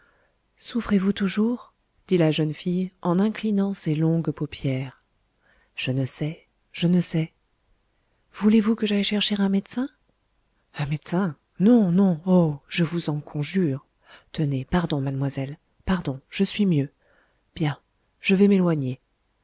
souffrez-vous toujours dit la jeune fille en inclinant ses longues paupières je ne sais je ne sais voulez-vous que j'aille chercher un médecin un médecin non non oh je vous en conjure tenez pardon mademoiselle pardon je suis mieux bien je vais m'éloigner